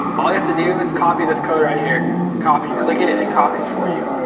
all you have to do is copy this code right here, copy, click it and it copies for you.